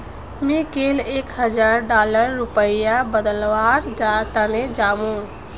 मी कैल एक हजार डॉलरक रुपयात बदलवार तने जामु